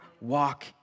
walk